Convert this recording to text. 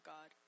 God